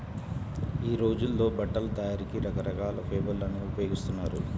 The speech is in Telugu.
యీ రోజుల్లో బట్టల తయారీకి రకరకాల ఫైబర్లను ఉపయోగిస్తున్నారు